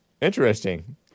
interesting